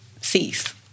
cease